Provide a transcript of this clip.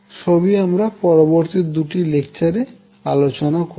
সবই আমরা পরবর্তী দুটি লেকচারে আলোচনা করবো